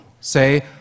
Say